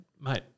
mate